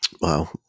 Wow